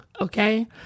okay